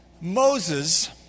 Moses